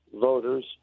voters